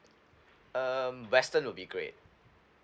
um western will be great